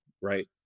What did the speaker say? right